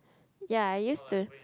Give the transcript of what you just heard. ya I used to